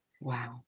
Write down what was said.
Wow